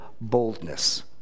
boldness